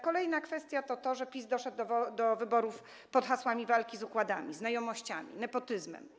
Kolejna kwestia dotyczy tego, że PiS poszedł do wyborów pod hasłami walki z układami, znajomościami i nepotyzmem.